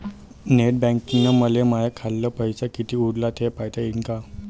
Net बँकिंगनं मले माह्या खाल्ल पैसा कितीक उरला थे पायता यीन काय?